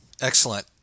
Excellent